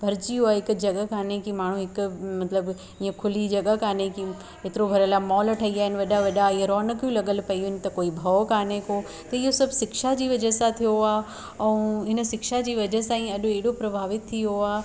भरिजी वियो आहे हिते जॻह कोन्हे की माण्हू हिक मतिलबु हीअं खुली जॻह कोन्हे की एतिरो घरे लाइ मॉल ठही विया आहिनि वॾा वॾा ईअ रोनक लॻियल पई उन त कोई भओ कोन्हे को त इहो सभु शिक्षा जी वज़ह सां थियो आहे ऐं हिन सां शिक्षा जी वज़ह सां ई अॼु एॾो प्रभावित थियो आहे